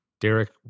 derek